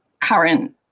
current